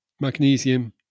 Magnesium